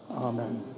Amen